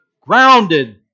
grounded